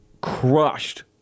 crushed